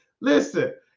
Listen